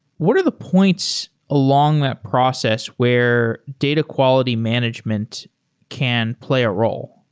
what are the points along that process where data quality management can play a role?